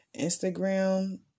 Instagram